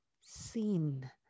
seen